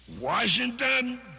Washington